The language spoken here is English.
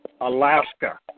Alaska